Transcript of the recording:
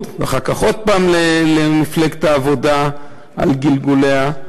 ואחר כך עוד פעם למפלגת העבודה על גלגוליה.